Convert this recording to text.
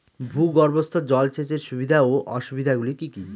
ভূগর্ভস্থ জল সেচের সুবিধা ও অসুবিধা গুলি কি কি?